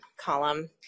column